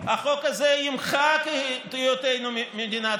החוק הזה ימחק את היותנו מדינה ציונית.